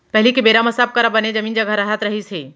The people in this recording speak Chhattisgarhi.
पहिली के बेरा म सब करा बने जमीन जघा रहत रहिस हे